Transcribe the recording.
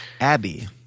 Abby